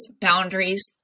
boundaries